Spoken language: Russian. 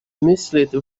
мыслить